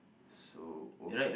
so okay